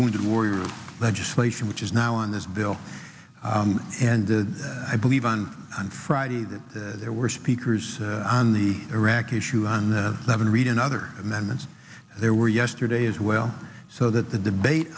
wounded warrior legislation which is now on this bill and the i believe on on friday that there were speakers on the iraqi issue on the eleven read another amendments there were yesterday as well so that the debate